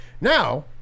now